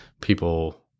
people